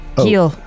heal